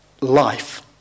life